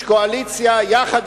אני מחשיב את עצמי לאיש קואליציה יחד